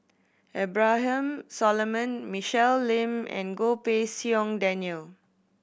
Abraham Solomon Michelle Lim and Goh Pei Siong Daniel